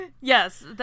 Yes